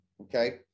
okay